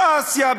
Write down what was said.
באסיה,